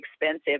expensive